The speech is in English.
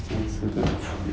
这样子的 ah